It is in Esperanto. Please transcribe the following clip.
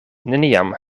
neniam